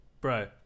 bro